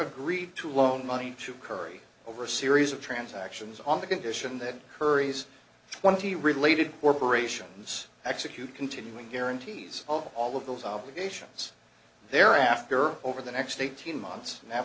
agreed to loan money to curry over a series of transactions on the condition that curry's one of the related corporations execute continuing guarantees of all of those obligations thereafter over the next eighteen months